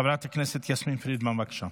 חברת הכנסת יסמין פרידמן, בבקשה.